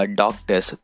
doctors